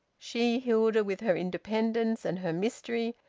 she, hilda, with her independence and her mystery,